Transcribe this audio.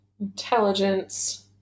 Intelligence